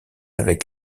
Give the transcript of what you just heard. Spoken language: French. avec